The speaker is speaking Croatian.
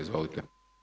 Izvolite.